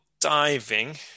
diving